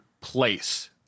place